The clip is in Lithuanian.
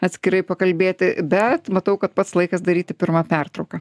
atskirai pakalbėti bet matau kad pats laikas daryti pirmą pertrauką